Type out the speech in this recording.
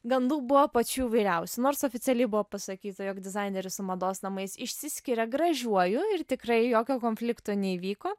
gandų buvo pačių įvairiausių nors oficialiai buvo pasakyta jog dizaineris su mados namais išsiskiria gražiuoju ir tikrai jokio konflikto neįvyko